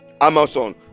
Amazon